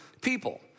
people